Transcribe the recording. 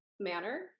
Manner